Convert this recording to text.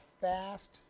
fast